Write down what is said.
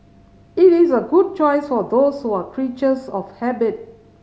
it is a good choice for those who are creatures of habit